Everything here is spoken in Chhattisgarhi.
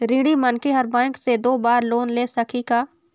ऋणी मनखे हर बैंक से दो बार लोन ले सकही का?